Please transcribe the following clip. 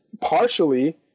partially